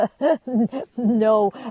no